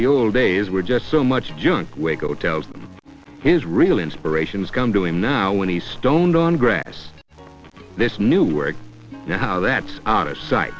the old days were just so much junk waco tells his real inspirations come to him now when he stoned on grass this new work now that's out of sight